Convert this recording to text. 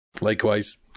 likewise